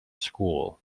school